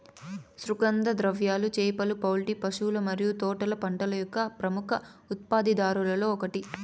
సుగంధ ద్రవ్యాలు, చేపలు, పౌల్ట్రీ, పశువుల మరియు తోటల పంటల యొక్క ప్రముఖ ఉత్పత్తిదారులలో ఒకటి